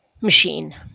machine